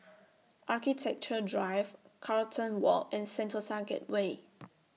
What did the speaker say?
Architecture Drive Carlton Walk and Sentosa Gateway